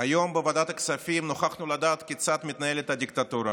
היום בוועדת הכספים נוכחנו לדעת כיצד מתנהלת הדיקטטורה,